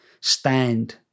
stand